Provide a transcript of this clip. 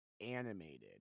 animated